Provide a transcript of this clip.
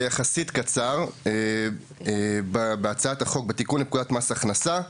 יחסית קצר בהצעת החוק לתיקון פקודת מס הכנסה,